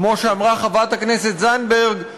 כמו שאמרה חברת הכנסת זנדברג.